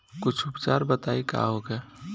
कुछ उपचार बताई का होखे?